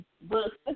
books